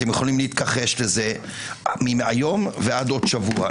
אתם יכולים להתכחש לזה מהיום ועד עוד שבוע,